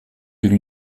d’une